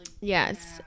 Yes